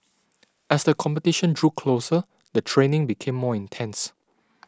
as the competition drew closer the training became more intense